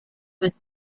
was